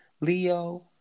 Leo